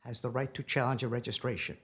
has the right to challenge a registration